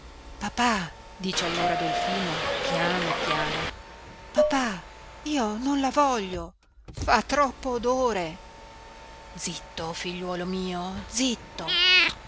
papà dice allora dolfino piano piano papà io non la voglio fa troppo odore zitto figliuolo mio zitto